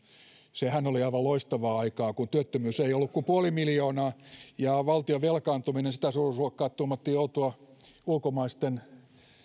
sehän oli aivan loistavaa aikaa kun työttömyys ei ollut kuin puoli miljoonaa ja valtion velkaantuminen sitä suuruusluokkaa että oltiin joutua ulkomaisten